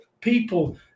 people